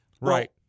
Right